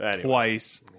twice